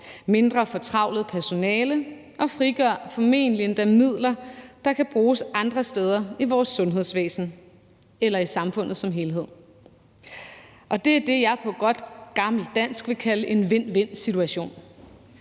mindre fortravlet personale, og vi frigør formentlig endda midler, der kan bruges andre steder i vores sundhedsvæsen eller i samfundet som helhed. Og det er det, jeg på godt gammelt dansk kalder en vind-vind-situation.